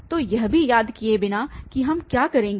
तो यह भी याद किए बिना कि हम क्या करेंगे